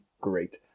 great